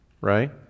right